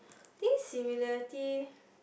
think similarity